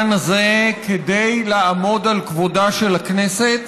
כדי לעמוד על כבודה של הכנסת